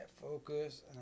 focus